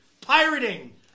pirating